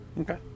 Okay